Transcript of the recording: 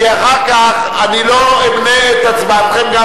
כי אחר כך אני לא אמנה את הצבעתכם גם